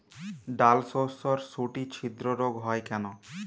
ডালশস্যর শুটি ছিদ্র রোগ হয় কেন?